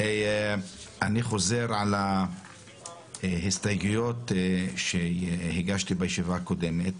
אני חוזר על ההסתייגויות שהגשתי בישיבה הקודמת,